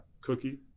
Cookie